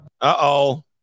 Uh-oh